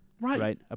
Right